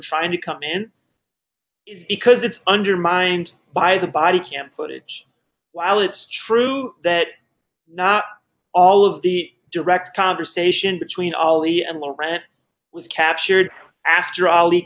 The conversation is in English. trying to come in because it's undermined by the body camp footage while it's true that not all of the direct conversation between all the and low rent was captured after all